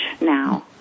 now